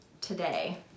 today